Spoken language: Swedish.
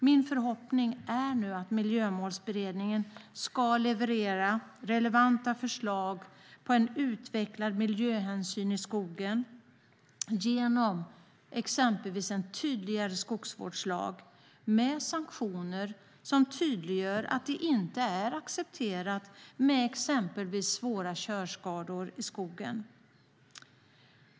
Min förhoppning är att Miljömålsberedningen genom en tydligare skogsvårdslag ska leverera relevanta förslag till en väl utvecklad miljöhänsyn i skogen, med sanktioner som tydliggör att det inte är acceptabelt med exempelvis svåra körskador i skogen.